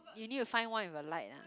you need find one with a light ah